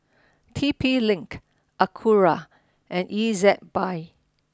T P Link Acura and Ezbuy